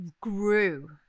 grew